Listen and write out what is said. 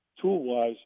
tool-wise